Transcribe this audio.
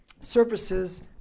surfaces